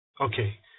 Okay